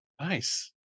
Nice